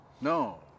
No